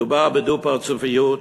מדובר בדו-פרצופיות